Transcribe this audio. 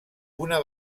una